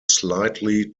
slightly